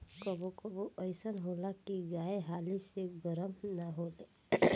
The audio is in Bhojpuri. कबो कबो अइसन होला की गाय हाली से गरम ना होले